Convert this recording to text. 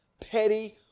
petty